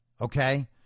okay